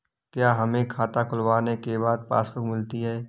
क्या हमें खाता खुलवाने के बाद पासबुक मिलती है?